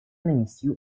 нанести